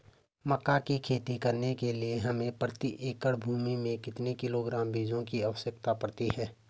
मक्का की खेती करने के लिए हमें प्रति एकड़ भूमि में कितने किलोग्राम बीजों की आवश्यकता पड़ती है?